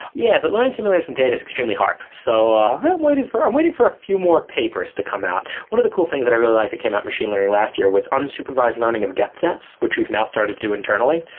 yeah, but learning simulators from data is extremely hard. so i'm waiting for i'm waiting for a few more papers to come out one of the cool things that i really like that came out machine learning last year was unsupervised learning of depth nets, which we've now started to do internally.